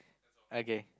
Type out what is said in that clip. okay